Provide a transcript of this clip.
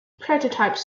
prototypes